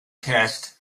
test